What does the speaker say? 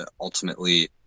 ultimately